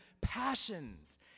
passions